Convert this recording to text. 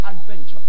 adventure